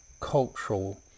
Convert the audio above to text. cultural